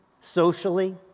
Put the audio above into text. socially